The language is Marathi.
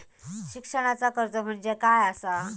शिक्षणाचा कर्ज म्हणजे काय असा?